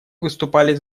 выступали